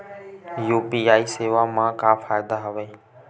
UPI सेवा मा का फ़ायदा हवे?